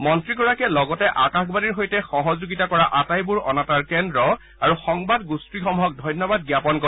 মন্ত্ৰীগৰাকীয়ে লগতে আকাশবাণীৰ সৈতে সহযোগিতা কৰা আটাইবোৰ অনাতাঁৰ কেন্দ্ৰ আৰু সংবাদগোষ্ঠীসমূহক ধন্যবাদ জ্ঞাপন কৰে